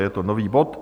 Je to nový bod.